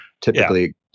typically